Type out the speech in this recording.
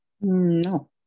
No